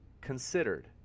considered